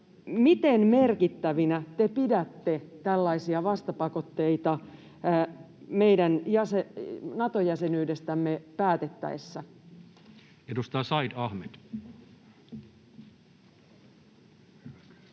miten merkittävinä te pidätte tällaisia vastapakotteita meidän Nato-jäsenyydestämme päätettäessä? [Speech